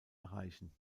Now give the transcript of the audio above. erreichen